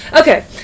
Okay